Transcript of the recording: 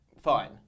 Fine